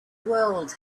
world